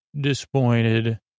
disappointed